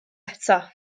eto